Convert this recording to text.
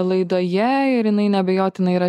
laidoje ir jinai neabejotinai yra